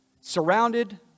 surrounded